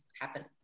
happen